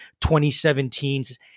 2017's